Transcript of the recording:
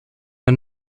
der